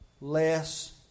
less